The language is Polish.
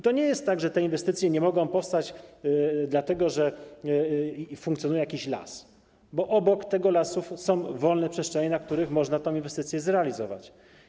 To nie jest tak, że te inwestycje nie mogą powstać, dlatego że funkcjonuje jakiś las, bo obok tego lasu są wolne przestrzenie, na których można te inwestycje zrealizować.